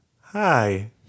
Hi